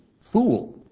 Fool